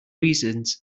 reasons